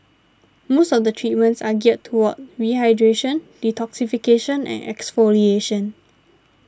most of the treatments are geared toward hydration detoxification and exfoliation